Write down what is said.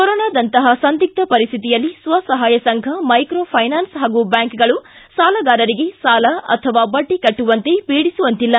ಕೊರೊನಾದಂತಪ ಸಂದಿಗ್ಧ ಪರಿಶ್ಥಿತಿಯಲ್ಲಿ ಸ್ವಸಪಾಯ ಸಂಘ ಮೈಕ್ರೋ ಫೈನಾನ್ಸ್ ಪಾಗೂ ಬ್ಯಾಂಕ್ಗಳು ಸಾಲಗಾರರಿಗೆ ಸಾಲ ಅಥವಾ ಬಡ್ಡಿ ಕಟ್ಟುವಂತೆ ಪೀಡಿಸುವಂತಿಲ್ಲ